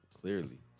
clearly